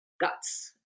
guts